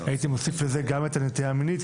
הייתי מוסיף לזה גם את הנטייה המינית,